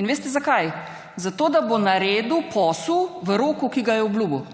Veste zakaj? Zato da bo naredil posel v roku, ki ga je obljubil.